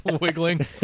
wiggling